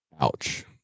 ouch